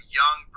young